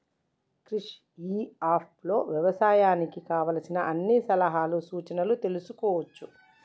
క్రిష్ ఇ app లో వ్యవసాయానికి కావలసిన అన్ని సలహాలు సూచనలు తెల్సుకోవచ్చు